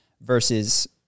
versus –